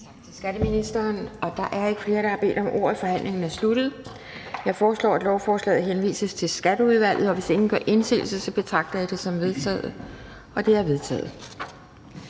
at spritte af. Da der ikke er flere, som har bedt om ordet, er forhandlingen sluttet. Jeg foreslår, at forslaget henvises til Skatteudvalget. Hvis ingen gør indsigelse, betragter jeg det som vedtaget. Det er vedtaget.